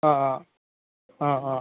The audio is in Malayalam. അ ആ അ ആ